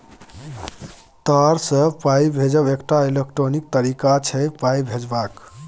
तार सँ पाइ भेजब एकटा इलेक्ट्रॉनिक तरीका छै पाइ भेजबाक